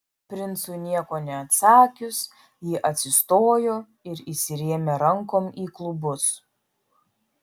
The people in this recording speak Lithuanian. princui nieko neatsakius ji atsistojo ir įsirėmė rankom į klubus